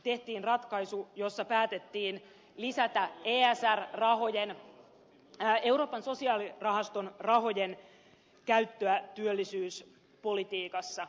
tehtiin ratkaisu jossa päätettiin lisätä esr rahojen euroopan sosiaalirahaston rahojen käyttöä työllisyyspolitiikassa